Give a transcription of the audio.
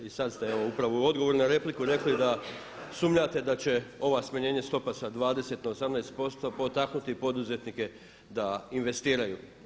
I sada ste upravo u odgovoru na repliku rekli da sumnjate da će ova smanjenja stope sa 20 na 18 posto potaknuti poduzetnike da investiraju.